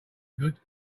good